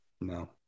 No